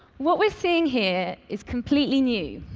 what we're seeing here is completely new.